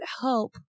help